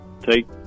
take